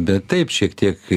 bet taip šiek tiek